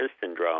syndrome